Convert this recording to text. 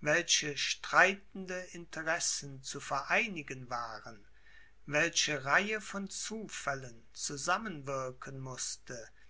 welche streitende interessen zu vereinigen waren welche reihe von zufällen zusammen wirken mußte